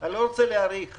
אני לא רוצה להאריך.